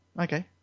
Okay